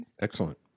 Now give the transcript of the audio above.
Excellent